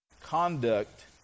Conduct